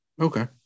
okay